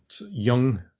young